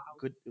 good